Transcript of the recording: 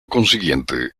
consiguiente